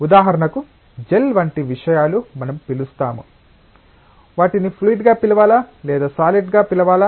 ఉదాహరణకు జెల్ వంటి విషయాలు మనం పిలుస్తాము వాటిని ఫ్లూయిడ్ గా పిలవాలా లేదా సాలిడ్ గ పిలవాలా